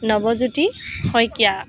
Nabajyoti Saikia